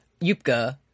Yupka